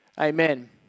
amen